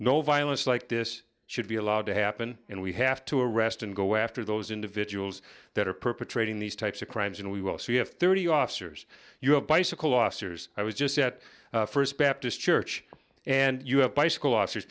no violence like this should be allowed to happen and we have to arrest and go after those individuals that are perpetrating these types of crimes and we will see you have thirty officers you have bicycle officers i was just at first baptist church and you have bicycle officers